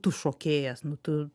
tu šokėjas nu tu